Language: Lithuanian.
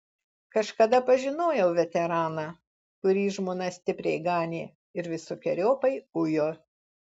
kažkada pažinojau veteraną kurį žmona stipriai ganė ir visokeriopai ujo